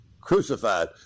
crucified